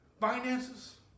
finances